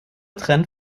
trend